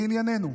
לענייננו,